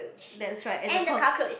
that's right and the con~